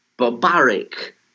barbaric